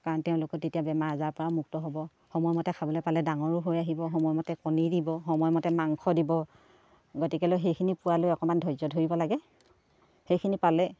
কাৰণ তেওঁলোকৰ তেতিয়া বেমাৰ আজাৰ পৰা মুক্ত হ'ব সময়মতে খাবলৈ পালে ডাঙৰো হৈ আহিব সময়মতে কণী দিব সময়মতে মাংস দিব গতিকেলৈ সেইখিনি পোৱালৈ অকণমান ধৈৰ্য ধৰিব লাগে সেইখিনি পালে